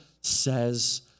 says